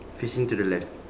facing to the left